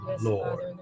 Lord